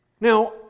Now